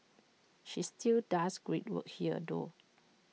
she still does great work here though